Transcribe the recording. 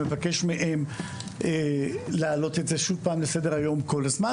שמבקש מהם לעלות את זה שוב לסדר-היום כל הזמן.